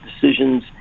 decisions